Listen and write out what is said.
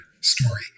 story